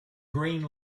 green